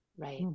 Right